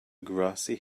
grassy